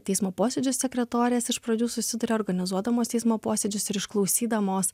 teismo posėdžių sekretorės iš pradžių susiduria organizuodamos teismo posėdžius ir išklausydamos